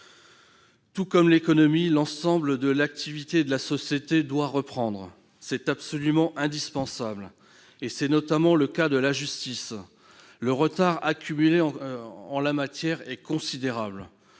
Tout comme l'économie, l'ensemble de l'activité sociale doit reprendre. C'est absolument indispensable. Je pense notamment à la justice. Le retard accumulé en la matière est considérable.